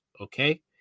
Okay